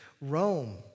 Rome